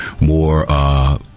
more